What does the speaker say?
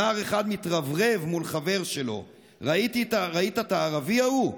נער אחד מתרברב מול חבר שלו: ראית את הערבי ההוא?